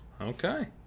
Okay